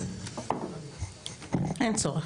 אין צורך.